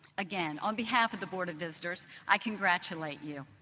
again, on behalf of the board of visitors, i congratulate you.